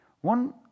One